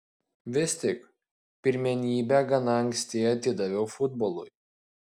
vis tik pirmenybę gana anksti atidaviau futbolui